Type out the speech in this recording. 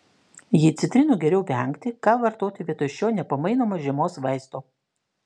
jei citrinų geriau vengti ką vartoti vietoj šio nepamainomo žiemos vaisto